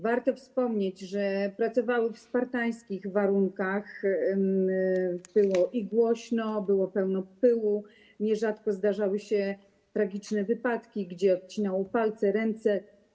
Warto wspomnieć, że pracowały w spartańskich warunkach, było głośno, było pełno pyłu, nierzadko zdarzały się tragiczne wypadki, odcinało palce, ręce.